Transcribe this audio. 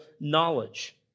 knowledge